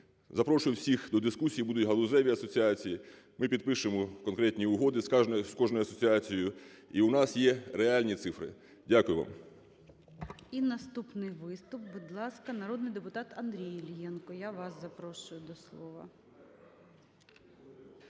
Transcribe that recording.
Запрошую всіх до дискусії. Будуть галузеві асоціації. Ми підпишемо конкретні угоди з кожною асоціацією. І у нас є реальні цифри. Дякую вам. ГОЛОВУЮЧИЙ. І наступний виступ. Будь ласка, народний депутат Андрій Іллєнко, я вас запрошую до слова.